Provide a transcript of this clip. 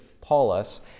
Paulus